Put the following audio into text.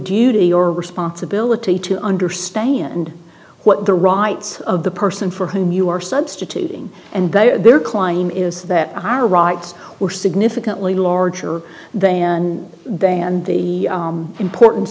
duty or responsibility to understand what the rights of the person for whom you are substituting and there klein is that our rights were significantly larger than than the importan